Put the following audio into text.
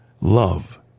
love